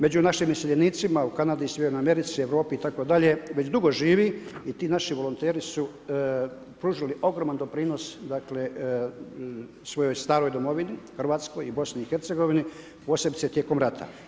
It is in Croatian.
Među našim iseljenicima u Kanadi, Sjevernoj Americi, Europi itd. već dugo živi i ti naši volonteri su pružili ogroman doprinos svojoj staroj domovini Hrvatskoj i BIH, posebice tijekom rata.